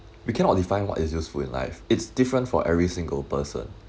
we cannot define what is useful in life it's different for every single person